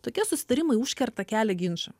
tokie susitarimai užkerta kelią ginčam